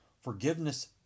Forgiveness